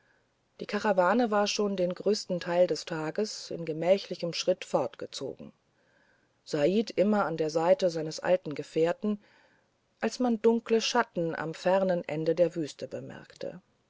die karawane war schon den größten teil des tages im gemächlichen schritt fortgezogen said immer an der seite seines alten gefährten als man dunkle schatten am fernsten ende der wüste bemerkte